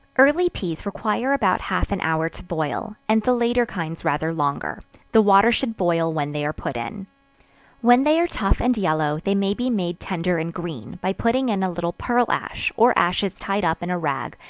early peas require about half an hour to boil, and the later kinds rather longer the water should boil when they are put in when they are tough and yellow, they may be made tender and green, by putting in a little pearl-ash, or ashes tied up in a rag,